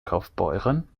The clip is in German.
kaufbeuren